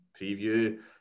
preview